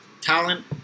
talent